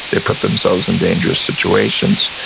they put themselves in dangerous situations.